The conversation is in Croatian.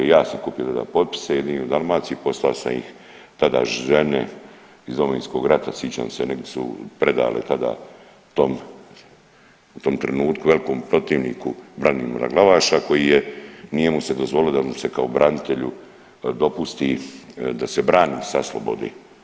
Ja sam kupio tada potpise jedini u Dalmaciji, posla sam ih tada žene iz Domovinskog rata sićam se negdi su predale tada tom trenutku velikom protivniku Branimira Glavaša koji je nije mu se dozvolilo da mu se kao branitelju dopusti da se brani sa slobode